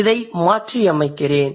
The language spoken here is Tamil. இதை மாற்றியமைக்கிறேன்